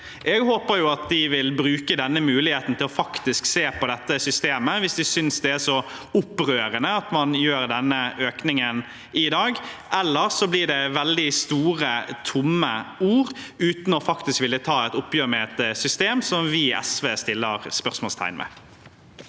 Jeg håper de vil bruke denne muligheten til faktisk å se på dette systemet, hvis de synes det er så opprørende at man gjør denne økningen i dag. Ellers blir det veldig store, tomme ord uten at man faktisk vil ta et oppgjør med et system som vi i SV setter spørsmålstegn ved.